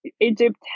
Egypt